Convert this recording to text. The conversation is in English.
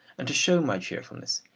and to show my cheerfulness,